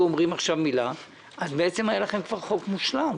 אומרים עכשיו מילה אז היה לכם כבר חוק מושלם,